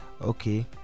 okay